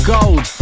Gold